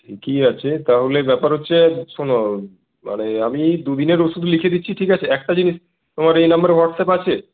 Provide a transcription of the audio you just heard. ঠিকই আছে তাহলে ব্যাপার হচ্ছে শোনো মানে আমি এই দুদিনের ওষুধ লিখে দিচ্ছি ঠিক আছে একটা জিনিস তোমার এই নাম্বারে হোয়াটস অ্যাপ আছে